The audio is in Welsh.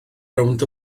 rownd